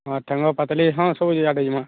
ହଁ ଠାଙ୍ଗ ପାତାଲି ହଁ ସବୁ ଆଡ଼େ ଯିମା